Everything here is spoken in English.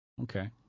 Okay